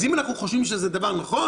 אז האם אנחנו חושבים שזה דבר נכון?